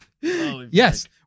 Yes